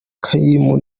kaymu